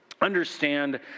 understand